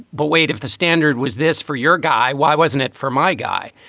but wait, if the standard was this for your guy, why wasn't it for my guy?